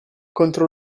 contro